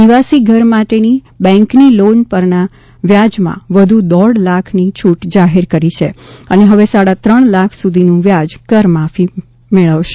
નિવાસી ઘર માટેની બેન્કની લોન પરના વ્યાજમાં વધુ દોઢ લાખની છૂટ જાહેર કરી છે અને હવે સાડા ત્રણ લાખ સુધીનું વ્યાજ કરમાફી મેળવશે